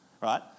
right